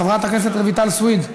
חברת הכנסת רויטל סויד,